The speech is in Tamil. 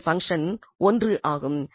அதன் பங்சன் 1 ஆகும்